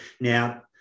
Now